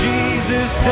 Jesus